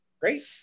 Great